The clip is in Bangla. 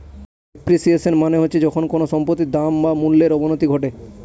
ডেপ্রিসিয়েশন মানে হচ্ছে যখন কোনো সম্পত্তির দাম বা মূল্যর অবনতি ঘটে